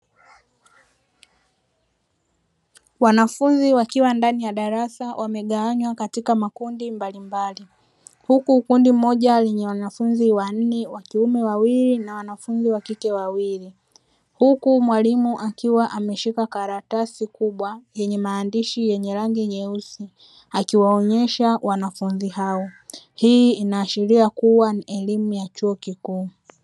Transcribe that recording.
Wanafunzi wakiwa ndani ya darasa wamegawanywa katika makundi mbalimbali, huku ufundi mmoja akiwa na wanafunzi wanne, wawili wa kiume na wawili wa kike, huku mwalimu akiwa ameshika karatasi kubwa yenye maandishi ya rangi nyeusi akiwaonyesha wanafunzi hao; hii inaashiria kuwa ni elimu ya chuo kikuu.